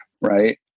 right